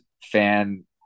fan